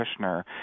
Kushner